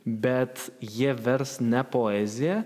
bet jie vers ne poeziją